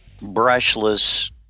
brushless